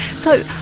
so,